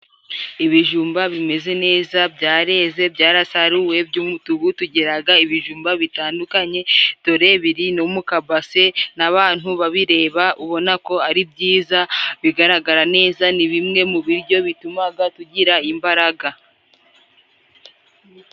Ibijumba bimeze neza byareze byarasaruwe by'umutuku. Tugiraga ibijumba bitandukanye dore biri mu kabase n'abantu babireba ubona ko ari byiza bigaragara neza. Ni bimwe mu biryo bituma tugira imbaraga.